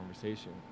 Conversation